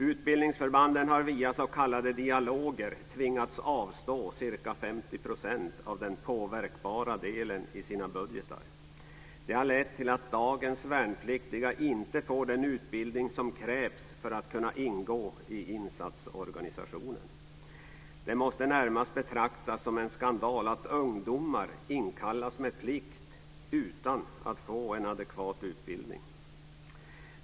Utbildningsförbanden har via s.k. dialoger tvingats avstå ca 50 % av den påverkbara delen i sina budgetar. Det har lett till att dagens värnpliktiga inte får den utbildning som krävs för att kunna ingå i insatsorganisationen. Det måste närmast betraktas som en skandal att ungdomar inkallas med plikt utan att få en adekvat utbildning.